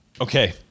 Okay